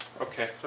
Okay